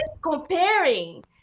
comparing